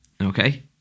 okay